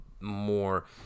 more